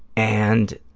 and